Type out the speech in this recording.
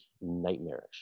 nightmarish